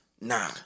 Nah